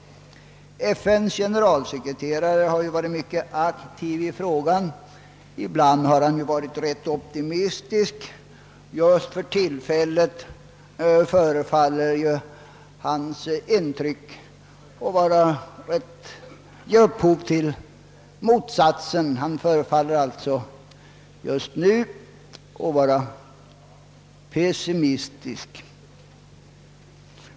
FN:s generalsekreterare har varit mycket aktiv i frågan. Ibland har han varit rätt optimistisk, men för tillfället tycks hans intryck av utvecklingen ha givit upphov till motsatt inställning; han förefaller just nu att vara pessimistisk.